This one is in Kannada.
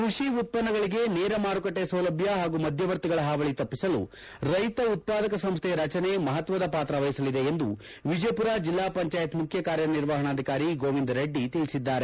ಕ್ಕಡಿ ಉತ್ಪನ್ನಗಳಿಗೆ ನೇರ ಮಾರುಕಟ್ಟಿ ಸೌಲಭ್ಯ ಹಾಗೂ ಮಧ್ಯವರ್ತಿಗಳ ಹಾವಳಿ ತಪ್ಪಿಸಲು ರೈತ ಉತ್ಪಾದಕ ಸಂಸ್ಥೆ ರಚನೆ ಮಹತ್ವದ ಪಾತ್ರ ವಹಿಸಲಿದೆ ಎಂದು ವಿಜಯಪುರ ಜಿಲ್ಲಾ ಪಂಚಾಯತ್ ಮುಖ್ಯ ಕಾರ್ಯನಿರ್ವಹಣಾಧಿಕಾರಿ ಗೋವಿಂದ ರೆಡ್ಡಿ ತಿಳಿಸಿದ್ದಾರೆ